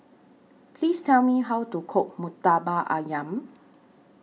Please Tell Me How to Cook Murtabak Ayam